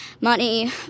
money